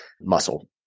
muscle